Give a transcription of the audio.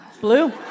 Blue